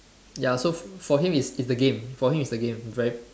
ya so for him it's the game for him it's the game